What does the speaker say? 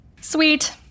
Sweet